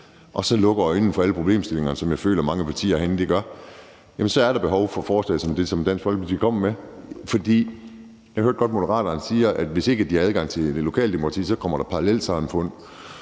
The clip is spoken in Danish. vi så lukker øjnene for alle problemstillingerne, som jeg føler mange partier herinde gør, jamen så er der behov for forslag som det, som Dansk Folkeparti kommer med. Jeg hørte godt Moderaterne sige, at hvis ikke de har adgang til det lokale demokrati, så kommer der parallelsamfund